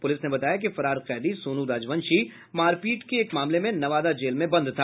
police ने बताया कि फरार कैदी सोनू राजवंशी मारपीट के एक मामले में नवादा जेल में बंद था